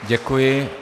Děkuji.